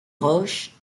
roche